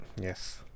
Yes